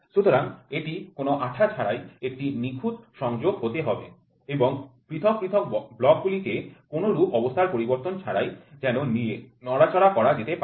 সুতরাং এটি কোনও আঠা ছাড়াই একটি নিখুঁত সংযোগ হতে হবে এবং পৃথক পৃথক ব্লকেগুলিকে কোন রূপ অবস্থার পরিবর্তন ছাড়াই যেন নিয়ে নড়াচড়া করা যেতে পারে